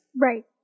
Right